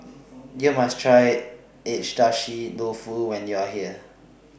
YOU must Try Agedashi Dofu when YOU Are here